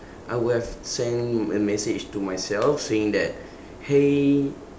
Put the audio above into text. I would have sent a message to myself saying that !hey!